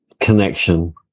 Connection